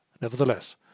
Nevertheless